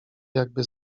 jakby